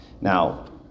Now